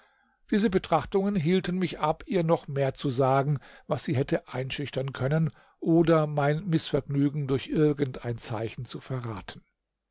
diese betrachtungen hielten mich ab ihr noch mehr zu sagen was sie hätte einschüchtern können oder mein mißvergnügen durch irgend ein zeichen zu verraten